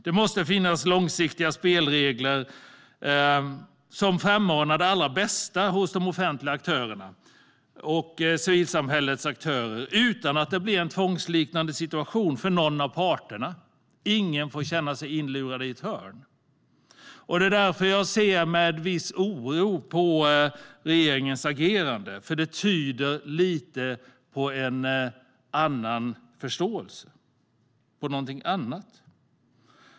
Det måste finnas långsiktiga spelregler som frammanar det allra bästa hos både de offentliga aktörerna och civilsamhällets aktörer utan att det blir en tvångsliknande situation för någon av parterna. Ingen får känna sig inlurad i ett hörn. Det är därför jag ser med viss oro på regeringens agerande. Det tyder lite på en annan förståelse, på någonting annat.